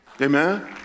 Amen